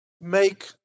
make